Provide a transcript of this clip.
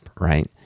right